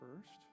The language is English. first